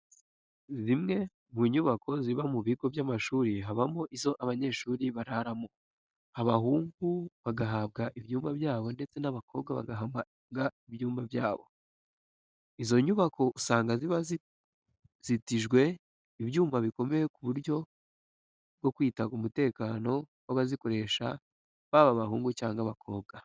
Zimwe mu nyubako ziba mu bigo by'amashuri habamo izo abanyeshuri bararamo, abahungu bagahabwa ibyumba byabo ndetse n'abakobwa bagahabwa ibyumba byabo. Izo nyubako usanga ziba zizitijwe ibyuma bikomeye mu buryo bwo kwita ku mutekano w'abazikoresha baba abahungu cyangwa abakobwa.